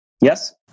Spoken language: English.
Yes